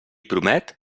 promet